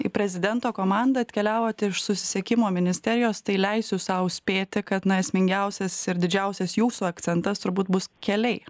į prezidento komandą atkeliavot iš susisiekimo ministerijos tai leisiu sau spėti kad na esmingiausias ir didžiausias jūsų akcentas turbūt bus keliai